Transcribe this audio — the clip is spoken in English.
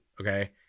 okay